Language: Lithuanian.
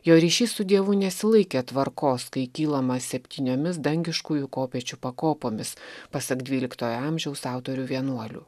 jo ryšys su dievu nesilaikė tvarkos kai kylama septyniomis dangiškųjų kopėčių pakopomis pasak dvyliktojo amžiaus autorių vienuolių